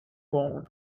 born